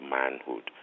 manhood